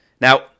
Now